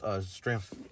strength